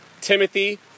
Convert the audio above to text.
Timothy